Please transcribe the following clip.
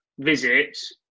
visits